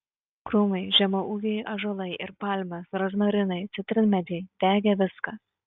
krūmai žemaūgiai ąžuolai ir palmės rozmarinai citrinmedžiai degė viskas